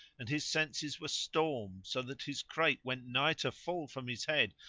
and his senses were stormed so that his crate went nigh to fall from his head,